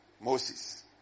Moses